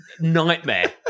nightmare